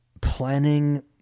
planning